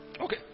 Okay